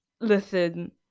listen